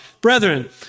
Brethren